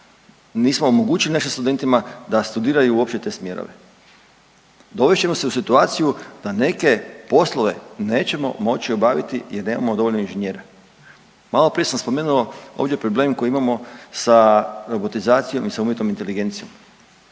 nismo omogućili našim studentima da studiraju uopće te smjerove. Dovest ćemo se u situaciju da neke poslove nećemo moći obaviti jer nemamo dovoljno inženjera. Maloprije sam spomenuo ovdje problem koji imamo sa robotizacijom i sa umjetnom inteligencijom.